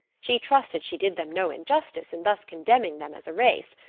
she trusted she did them no injustice in thus condemning them as a race.